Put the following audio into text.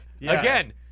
again